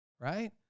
Right